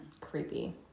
Creepy